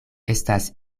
estas